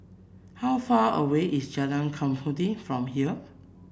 how far away is Jalan Mengkudu from here